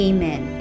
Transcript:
Amen